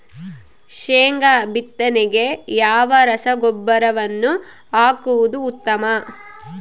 ಶೇಂಗಾ ಬಿತ್ತನೆಗೆ ಯಾವ ರಸಗೊಬ್ಬರವನ್ನು ಹಾಕುವುದು ಉತ್ತಮ?